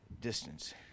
distance